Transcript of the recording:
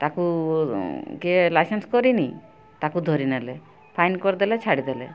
ତାକୁ କିଏ ଲାଇସେନ୍ସ୍ କରିନି ତାକୁ ଧରିନେଲେ ଫାଇନ୍ କରିଦେଲେ ଛାଡ଼ିଦେଲେ